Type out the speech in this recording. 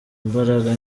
imbaraga